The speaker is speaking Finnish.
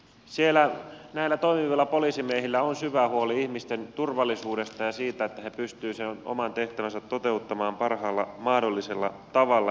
siellä näillä toimivilla poliisimiehillä on syvä huoli ihmisten turvallisuudesta ja siitä että he pystyvät sen oman tehtävänsä toteuttamaan parhaalla mahdollisella tavalla